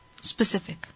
specific